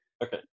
Okay